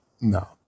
No